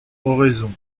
oraison